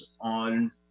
on